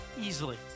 Easily